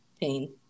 pain